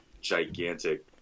gigantic